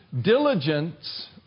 diligence